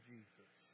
Jesus